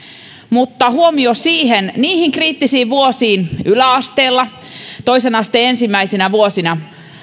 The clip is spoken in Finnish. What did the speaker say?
mutta huomio niihin kriittisiin vuosiin yläasteella toisen asteen ensimmäisinä vuosina